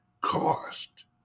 cost